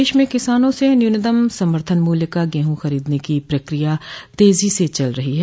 प्रदेश में किसानों से न्यूनतम समर्थन मूल्य का गेहूँ खरीदने की प्रक्रिया तेजी से चल रही है